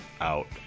out